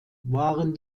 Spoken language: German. waren